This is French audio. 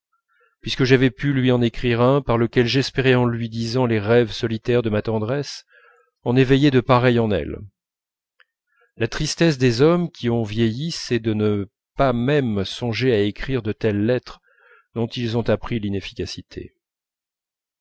puisque j'avais pu lui en écrire un par lequel j'espérais en lui disant les rêves lointains de ma tendresse en éveiller de pareils en elle la tristesse des hommes qui ont vieilli c'est de ne pas même songer à écrire de telles lettres dont ils ont appris l'inefficacité